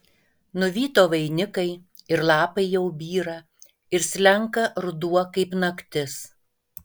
nuvyto vainikai ir lapai jau byra ir slenka ruduo kaip naktis